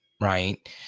right